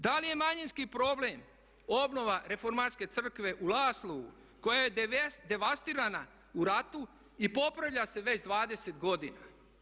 Da li je manjinski problem obnova reformatske crkve u Laslovu koja je devastirana u ratu i popravlja se već 20 godina.